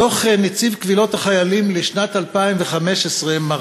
דוח נציב קבילות החיילים לשנת 2015 מתריע